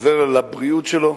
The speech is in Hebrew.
חוזר לבריאות שלו,